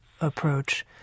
approach